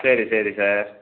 சரி சரி சார்